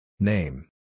Name